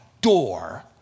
door